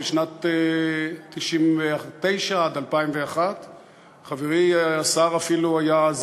משנת 1999 עד 2001. חברי השר אפילו היה אז